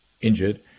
injured